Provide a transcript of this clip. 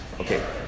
Okay